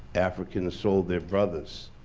africans sold their brothers,